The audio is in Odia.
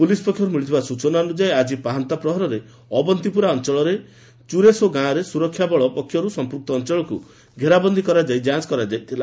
ପୋଲିସ୍ ପକ୍ଷରୁ ମିଳିଥିବା ସୂଚନା ଅନୁଯାୟୀ ଆକି ପାହାନ୍ତା ପ୍ରହରରେ ଅବନ୍ତିପୁରା ଅଞ୍ଚଳର ଚୁର୍ସୋ ଗାଁରେ ସୁରକ୍ଷାବଳ ପକ୍ଷରୁ ସଂପୂକ୍ତ ଅଞ୍ଚଳକୁ ଘେରାବନ୍ଦି କରାଯାଇ ଯାଞ୍ଚ କରାଯାଇଥିଲା